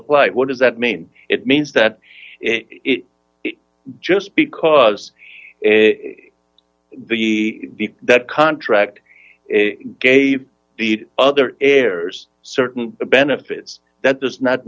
apply what does that mean it means that it just because in the that contract it gave the other errors certain benefits that does not